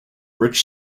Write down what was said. rich